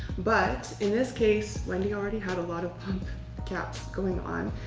but in this case when you already had a lot of punk yeah going on,